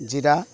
ଜିରା